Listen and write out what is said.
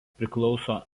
priklauso